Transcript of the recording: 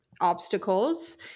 obstacles